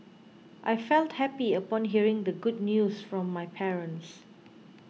I felt happy upon hearing the good news from my parents